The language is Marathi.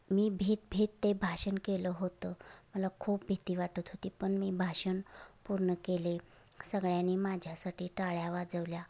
मी भीत भीत ते भाषण केलं होतं मला खूप भीती वाटत होती पण मी भाषण पूर्ण केले सगळ्यांनी माझ्यासाठी टाळ्या वाजवल्या